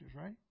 right